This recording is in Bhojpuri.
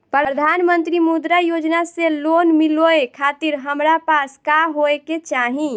प्रधानमंत्री मुद्रा योजना से लोन मिलोए खातिर हमरा पास का होए के चाही?